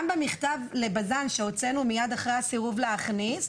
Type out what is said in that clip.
גם במכתב לבז"ן שהוצאנו מייד אחרי הסירוב להכניס,